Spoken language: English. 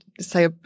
say